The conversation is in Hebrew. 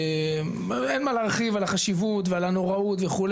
אין מה להרחיב על החשיבות ועל הנוראוּת וכו',